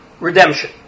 redemption